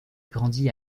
grandi